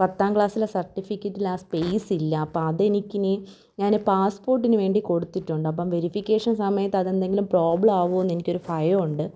പത്താം ക്ലാസ്സിലെ സർട്ടിഫിക്കറ്റിൽ സ്പേസില്ല അപ്പതെനിക്കിനി ഞാൻ പാസ്സ്പോർട്ടിന് വേണ്ടി കൊടുത്തിട്ടുണ്ടപ്പം വെരിഫിക്കേഷൻ സമയത്തതെന്തെങ്കിലും പ്രോബ്ലം ആകുവോന്നെനിക്കൊരു ഭയമുണ്ട്